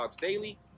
daily